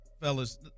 Fellas